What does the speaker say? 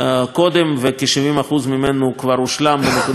וכ-70% ממנו כבר הושלם בנקודת הזמן הזאת,